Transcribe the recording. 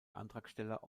antragsteller